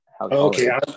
Okay